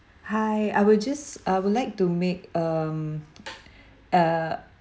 hi I will just I would like to make um uh